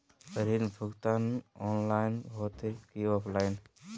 ऋण भुगतान ऑनलाइन होते की ऑफलाइन?